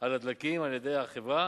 על הדלקים על-ידי החברה